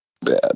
bad